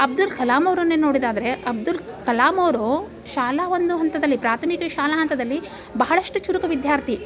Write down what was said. ಅಬ್ದುಲ್ ಕಲಾಮ್ ಅವರನ್ನೇ ನೋಡಿದ್ದಾದ್ರೆ ಅಬ್ದುಲ್ ಕಲಾಮ್ ಅವರು ಶಾಲಾ ಒಂದು ಹಂತದಲ್ಲಿ ಪ್ರಾಥಮಿಕ ಶಾಲಾ ಹಂತದಲ್ಲಿ ಬಹಳಷ್ಟು ಚುರುಕು ವಿದ್ಯಾರ್ಥಿ